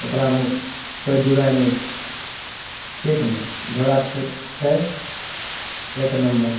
ओकरामे कोइ दुइ राय नहि छै ठीक ने घोड़ा ठीक छै एक नम्मर